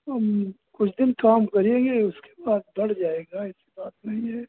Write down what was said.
हम कुछ दिन काम करेंगे आप बढ़ जाएगा ऐसी बात नहीं है